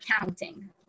counting